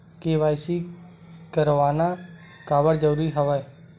KYC करवाना काबर जरूरी हवय?